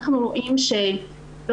אנחנו רואים שרוב